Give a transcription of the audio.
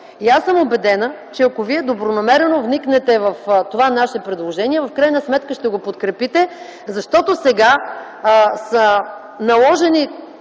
Аз съм убедена, че ако вие добронамерено вникнете в това наше предложение, ще го подкрепите, защото сега са наложени